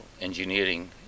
engineering